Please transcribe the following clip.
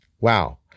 Wow